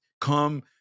come